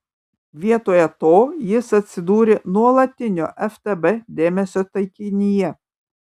vietoje to jis atsidūrė nuolatinio ftb dėmesio taikinyje